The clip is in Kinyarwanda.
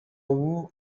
ubu